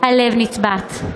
הלב נצבט.